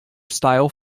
style